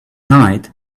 night